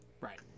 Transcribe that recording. Right